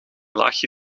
laagje